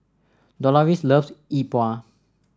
Doloris loves Yi Bua